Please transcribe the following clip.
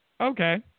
Okay